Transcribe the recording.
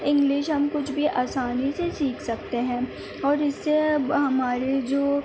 English ہم کچھ بھی آسانی سے سیکھ سکتے ہیں اور اس سے ہمارے جو